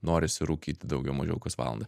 norisi rūkyt daugiau mažiau kas valandą